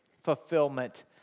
fulfillment